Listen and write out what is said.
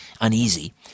uneasy